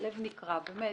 והלב נקרע, באמת.